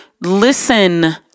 listen